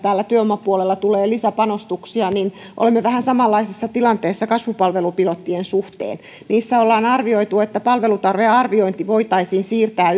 työvoimapuolella tulee lisäpanostuksia olemme vähän samanlaisessa tilanteessa kasvupalvelupilottien suhteen niissä ollaan arvioitu että palvelutarvearviointi voitaisiin siirtää